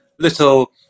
little